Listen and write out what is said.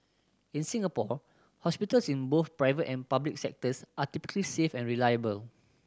in Singapore hospitals in both private and public sectors are typically safe and reliable